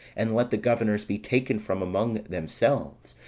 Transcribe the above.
and let the governors be taken from among themselves,